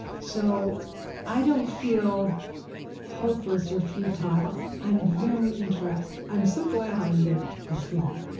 so i don't feel hopeless or futile. i'm very interested. i'm so glad i lived this long,